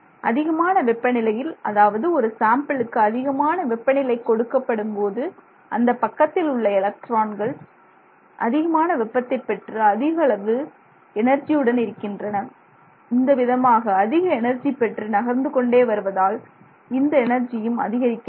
அதிகமான வெப்ப நிலையில் அதாவது ஒரு சாம்பிளுக்கு அதிகமான வெப்பநிலை கொடுக்கப்படும் பொழுது அந்தப் பக்கத்தில் உள்ள எலக்ட்ரான்கள் அதிகமான வெப்பத்தை பெற்று அதிகளவு எனர்ஜியுடன் இருக்கின்றன இந்த விதமாக அதிக எனர்ஜி பெற்று நகர்ந்துகொண்டே வருவதால் இந்த எனர்ஜியும் அதிகரிக்கிறது